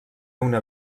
una